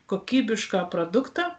kokybišką produktą